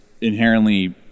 inherently